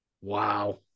wow